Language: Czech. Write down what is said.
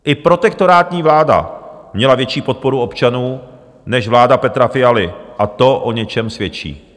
I protektorátní vláda měla větší podporu občanů než vláda Petra Fialy a to o něčem svědčí.